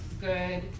good